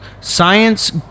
science